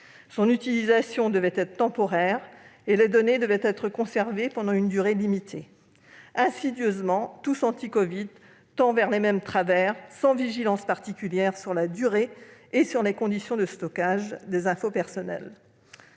Son utilisation devait être temporaire et les données devaient être conservées pendant une durée limitée. Insidieusement, TousAntiCovid tend vers les mêmes travers, sans vigilance particulière sur la durée et sur les conditions de stockage des informations personnelles.